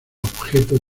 objeto